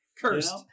cursed